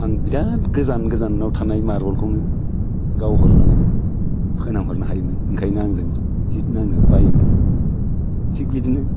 आं बिराथ गोजान गोजानाव थानाय मारबलखौनो गावहरनानै फोनांहरनो हायोमोन ओंखायनो आंजों जिद नांनो बायोमोन थिग बिदिनो